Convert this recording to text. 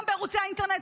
גם בערוצי האינטרנט.